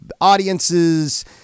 audiences